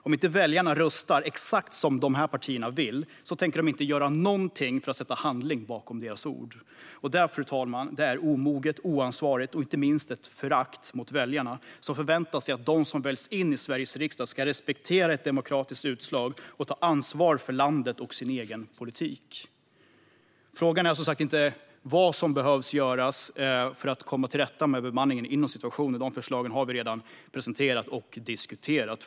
Om inte väljarna röstar exakt som de här partierna vill tänker de inte göra någonting för att sätta handling bakom sina ord. Det, fru talman, är omoget, oansvarigt och inte minst föraktfullt mot väljarna, som förväntar sig att de som väljs in Sveriges riksdag ska respektera ett demokratiskt utslag och ta ansvar för landet och sin egen politik. Frågan är som sagt inte vad som behöver göras för att vi ska komma till rätta med bemanningen inom polisen; de förslagen har vi redan presenterat och diskuterat.